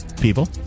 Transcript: people